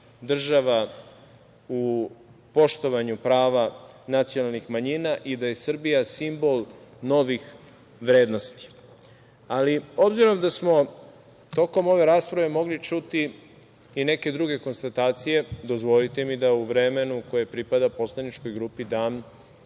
država u poštovanju prava nacionalnih manjina i da je Srbija simbol novih vrednosti. Obzirom da smo tokom ove rasprave mogli čuti i neke druge konstatacije, dozvolite mi da u vremenu koje pripada poslaničkoj grupi dam